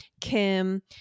Kim